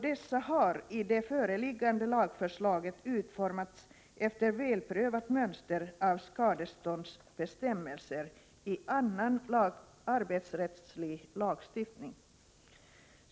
Dessa har i det föreliggande lagförslaget utformats efter välprövat mönster av skadeståndsbestämmelser i annan arbetsrättslig lagstiftning.